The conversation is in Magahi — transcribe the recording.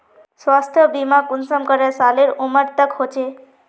स्वास्थ्य बीमा कुंसम करे सालेर उमर तक होचए?